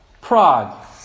Prague